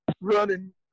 running